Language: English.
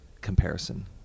comparison